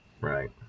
Right